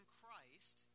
christ